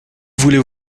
voulez